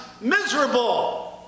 miserable